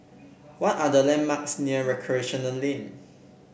what are the landmarks near Recreation Lane